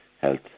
health